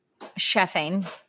chefing